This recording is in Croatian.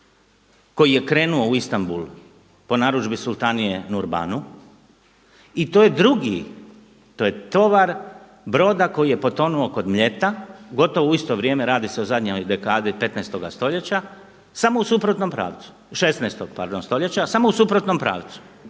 koji je krenuo u Istambul po narudžbi sultanije Nurbanu i to je drugi, to je tovar broda koji je potonuo kod Mljeta gotovo u isto vrijeme, radi se o zadnjoj dekadi 15.-oga stoljeća samo u suprotnom pravcu, 16.-og pardon stoljeća samo u suprotnom pravcu